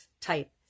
type